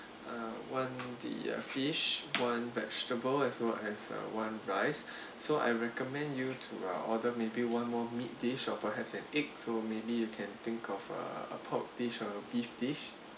uh one the fish one vegetable as well as uh one rice so I recommend you to order maybe one more meat dish or perhaps an egg so maybe you can think of uh a pork dish or a beef dish